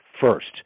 first